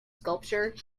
sculpture